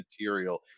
material